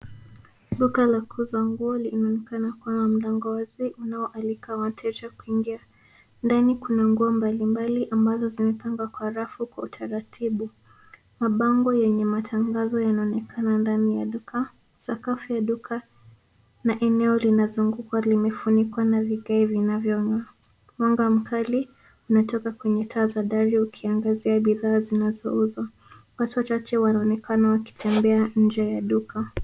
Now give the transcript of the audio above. Duka la kuuza nguo linaonekana kuwa na mlango wazi unaoalika wateja kuingia. Ndani kuna nguo mbalimbali ambazo zimepangwa kwa rafu kwa utaratibu. Mabango yenye matangazo yanaonekana ndani ya duka. Sakafu ya duka na eneo linazungukwa limefunikwa na vigae vinavyong'aa. Mwanga mkali unatoka kwenye taa za dari ukiangazia bidhaa zinazouzwa. Watu wachache wanaonekana wakitemeba nje ya duka.